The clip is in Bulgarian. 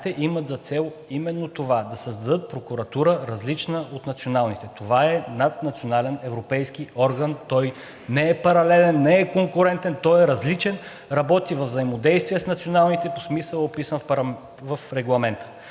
имат за цел именно това да създадат прокуратура, различна от националните. Това е наднационален европейски орган. Той не е паралелен, не е конкурентен. Той е различен, работи във взаимодействие с националните по смисъл, описан в Регламента.